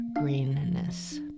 greenness